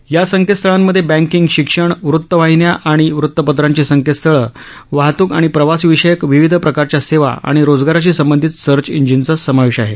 या संकेतस्थळांमध्ये बँकींग शिक्षण वृत्तवाहीन्या आणि वृतपत्रांची संकेतस्थळ वाहतूक आणि प्रवास विषयक विविध प्रकारच्या सेवा आणि रोजगाराशी संबंधित सर्च इंजिनचा समावेश आहे